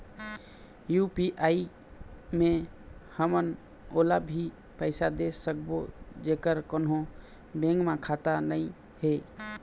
UPI मे हमन ओला भी पैसा दे सकबो जेकर कोन्हो बैंक म खाता नई हे?